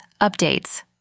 updates